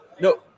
No